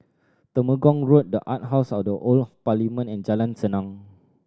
Temenggong Road The Art House at the Old Parliament and Jalan Senang